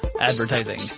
advertising